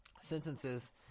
sentences